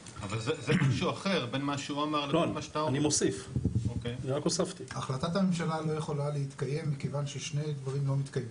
2022. החלטת הממשלה לא יכולה להתקיים מכיוון ששני דברים לא מתקיים,